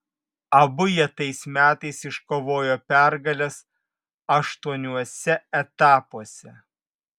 abu jie tais metais iškovojo pergales aštuoniuose etapuose